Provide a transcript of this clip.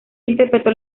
interpretó